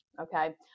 Okay